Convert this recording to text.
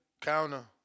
Counter